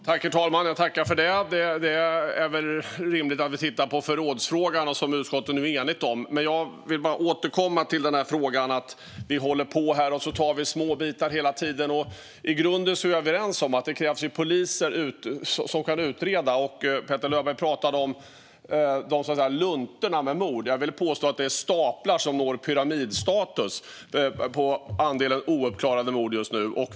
Herr talman! Jag tackar för det. Det är väl rimligt att vi tittar på förrådsfrågan, vilket utskottet nu är enigt om. Men jag vill återkomma till att vi hela tiden håller på och tar små bitar. I grunden är vi överens om att det krävs poliser som kan utreda. Petter Löberg pratade om luntorna med mord. Jag vill påstå att det just nu handlar om staplar med ouppklarade mord, som når pyramidnivå.